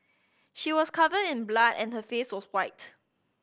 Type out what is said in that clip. she was covered in blood and her face was white